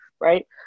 right